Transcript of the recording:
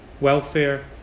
welfare